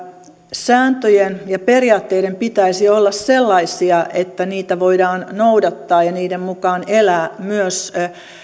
sääntöjen ja periaatteiden pitäisi olla sellaisia että niitä voidaan noudattaa ja niiden mukaan elää myös